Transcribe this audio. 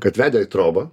kad vedė į trobą